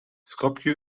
skopje